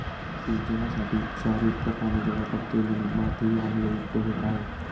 सिंचनासाठी क्षारयुक्त पाण्याचा वापर केल्याने मातीही आम्लयुक्त होत आहे